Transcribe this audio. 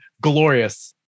Glorious